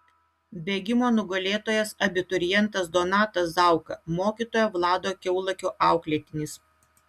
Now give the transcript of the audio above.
bėgimo nugalėtojas abiturientas donatas zauka mokytojo vlado kiaulakio auklėtinis